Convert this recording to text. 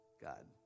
God